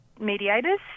mediators